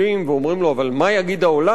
ואומרים לו: אבל מה יגיד העולם,